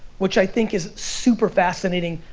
which i think is super fascinating,